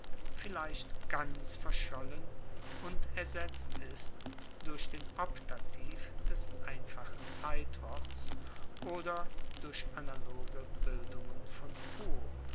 vielleicht ganz verschollen und ersetzt ist durch den optativ des einfachen zeitworts oder durch analoge bildungen von fuo